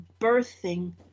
birthing